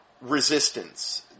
resistance